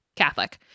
Catholic